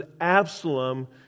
Absalom